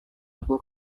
aku